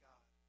God